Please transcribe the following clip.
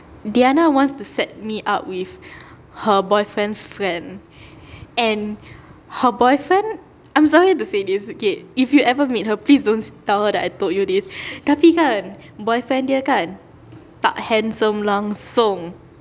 diana wants to set me up with her boyfriend's friend and her boyfriend I'm sorry to say this okay if you ever meet her don't tell her that I told you this tapi kan boyfriend dia kan tak handsome langsung